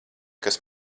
kas